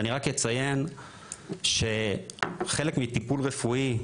אני רק אציין שחלק מטיפול רפואי,